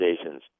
stations